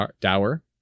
Dower